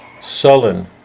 sullen